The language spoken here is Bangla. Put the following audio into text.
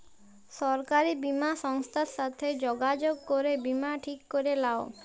সরকারি বীমা সংস্থার সাথে যগাযগ করে বীমা ঠিক ক্যরে লাও